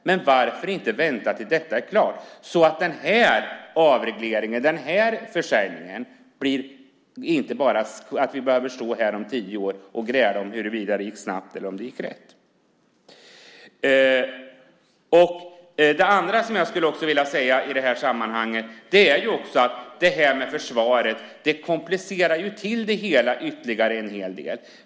Men varför inte vänta tills detta är klart, så att vi inte behöver stå här om tio år och gräla om huruvida den här försäljningen gick snabbt eller om den gick rätt till? En annan sak som jag vill ta upp i det här sammanhanget är att detta med försvaret komplicerar det hela ytterligare en hel del.